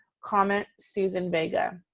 comment susan vega.